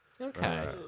Okay